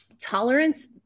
tolerance